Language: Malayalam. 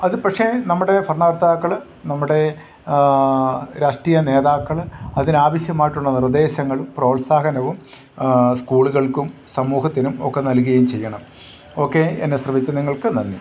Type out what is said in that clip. അതു പക്ഷെ നമ്മുടെ ഭരണകർത്താക്കൾ നമ്മുടെ രാഷ്ട്രീയ നേതാക്കൾ അതിനാവശ്യമായിട്ടുള്ള നിർദ്ദേശങ്ങൾ പ്രോത്സാഹനവും സ്കൂളുകൾക്കും സമൂഹത്തിനും ഒക്കെ നൽകുകയും ചെയ്യണം ഓക്കെ എന്നെ ശ്രവിച്ച നിങ്ങൾക്ക് നന്ദി